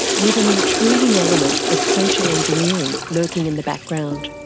with an intriguing element of social engineering lurking in the background.